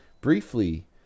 Briefly